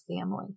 family